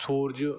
ਸੂਰਜ